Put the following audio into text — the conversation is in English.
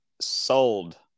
sold